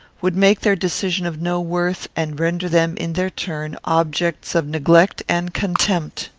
would make their decision of no worth, and render them, in their turn, objects of neglect and contempt.